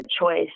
choice